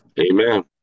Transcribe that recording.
Amen